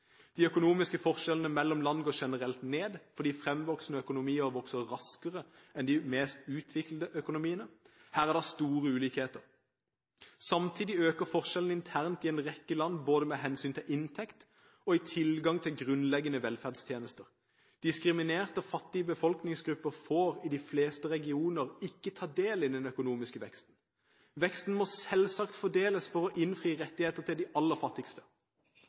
De økonomiske forskjellene mellom land går generelt ned fordi fremvoksende økonomier vokser raskere enn de mest utviklede økonomiene. Her er det store ulikheter. Samtidig øker forskjellene internt i en rekke land, med hensyn til både inntekt og tilgang til grunnleggende velferdstjenester. Diskriminerte og fattige befolkningsgrupper får i de fleste regioner ikke ta del i den økonomiske veksten. Veksten må selvsagt fordeles for å innfri rettighetene til de aller fattigste.